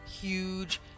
huge